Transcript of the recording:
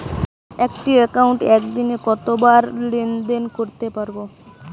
একটি একাউন্টে একদিনে কতবার লেনদেন করতে পারব?